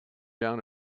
down